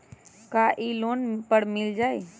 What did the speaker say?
का इ लोन पर मिल जाइ?